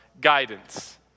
Guidance